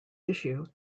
issue